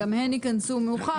גם הן ייכנסו מאוחר.